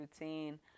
routine